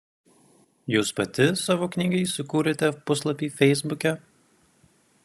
jūs pati savo knygai sukūrėte puslapį feisbuke